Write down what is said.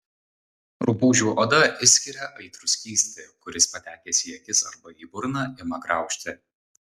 rupūžių oda išskiria aitrų skystį kuris patekęs į akis arba į burną ima graužti